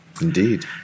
Indeed